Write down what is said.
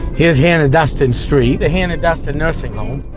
here's hannah duston street. the hannah duston nursing home.